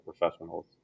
professionals